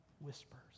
Whispers